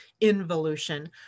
involution